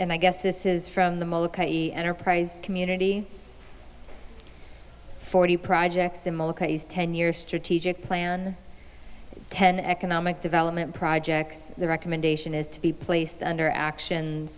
and i guess this is from them ok enterprise community forty project similar case ten years strategic plan ten economic development projects the recommendation is to be placed under actions